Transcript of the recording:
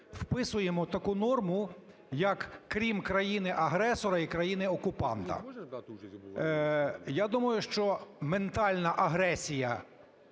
вписуємо таку норму, як крім країни-агресора і країни-окупанта. Я думаю, що ментальна агресія,